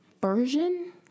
version